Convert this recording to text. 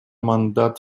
мандат